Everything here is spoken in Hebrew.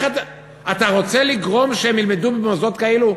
אתה רוצה לגרום שהם ילמדו במוסדות כאלו?